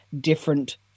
different